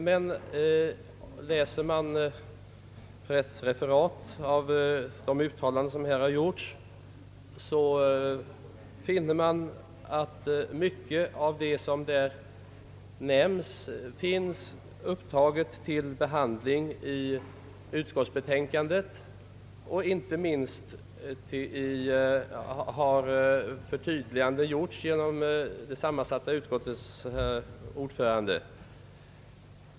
Men vid studium av pressreferat samt av de uttalanden som här har gjorts finner man att mycket av det som där nämns finns upptaget till behandling i utskottsbetänkandet. Inte minst har dessutom förtydliganden gjorts av det sammansatta utskottets ordförande.